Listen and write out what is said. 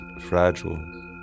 fragile